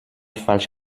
falsch